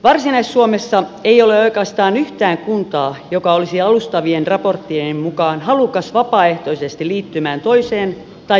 varsinais suomessa ei ole oikeastaan yhtään kuntaa joka olisi alustavien raporttien mukaan halukas vapaaehtoisesti liittymään toiseen tai toisiin kuntiin